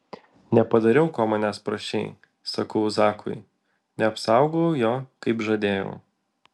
nepadariau ko manęs prašei sakau zakui neapsaugojau jo kaip žadėjau